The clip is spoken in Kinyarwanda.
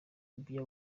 libya